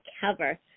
cover